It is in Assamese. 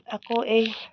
আকৌ এই